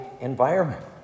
environment